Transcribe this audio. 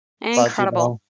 Incredible